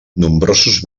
nombrosos